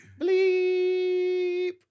Bleep